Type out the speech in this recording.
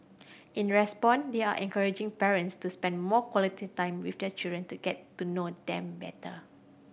in response they are encouraging parents to spend more quality time with their children to get to know them better